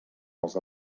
els